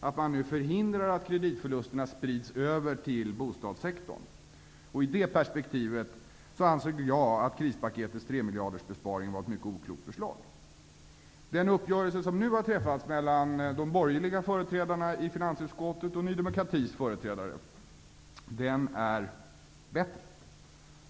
att man nu förhindrar att kreditförlusterna sprids över till bostadssektorn. I det perspektivet ansåg jag att krispaketets tremiljardersbesparing var ett mycket oklokt förslag. Den uppgörelse som nu har träffats mellan de borgerliga företrädarna i finansutskottet och Ny demokratis företrädare är bättre.